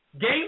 game